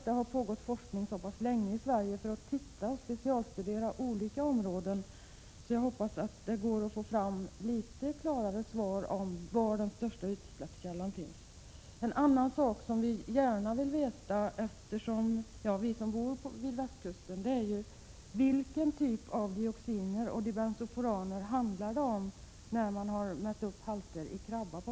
Det har nu pågått specialstudier av olika områden i Sverige under så lång tid att jag hoppas att det skall vara möjligt att få något klarare besked om var den största utsläppskällan finns. En annan sak som vi som bor på västkusten gärna vill veta är vilka typer av dioxiner och dibensofuraner det handlar om i de halter som på västkusten uppmätts i krabba.